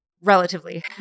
Relatively